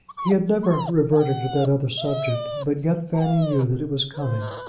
he had never reverted to that other subject. but yet fanny knew that it was coming,